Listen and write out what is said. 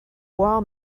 wall